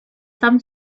some